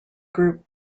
group